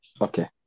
Okay